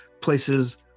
places